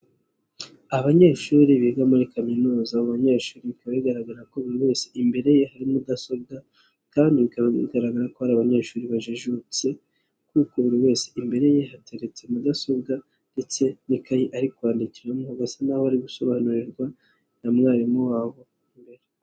Abanyeshuri biga muri kaminuza, abanyeshuri bikaba bigaragara ko buri wese imbere ye hari mudasobwa kandi bikaba bigaragara ko hari abanyeshuri bajijutse kuko buri wese imbere ye hateretse mudasobwa ndetse n'ikayi ari kwandikiramo, bagasa naho bari gusobanurirwa na mwarimu wabo imbere.